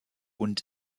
und